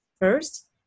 First